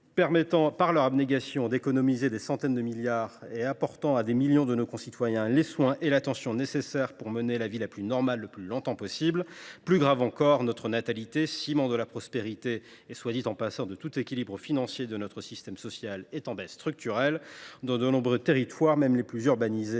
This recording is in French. permettent, par leur abnégation, d’économiser des centaines de milliards d’euros et apportent à des millions de nos concitoyens les soins et l’attention nécessaire pour mener la vie la plus normale le plus longtemps possible. Plus grave encore, notre natalité, ciment de la prospérité et, soit dit en passant, de tout l’équilibre financier de notre système social, est en baisse structurelle. Dans de nombreux territoires, même les plus urbanisés,